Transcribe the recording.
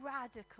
radical